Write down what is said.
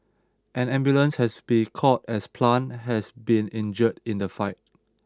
an ambulance has been called as Plant has been injured in the fight